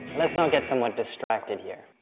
let's not get somewhat distracted here.